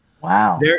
Wow